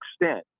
extent